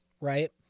right